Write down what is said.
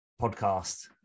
podcast